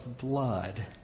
blood